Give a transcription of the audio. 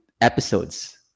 episodes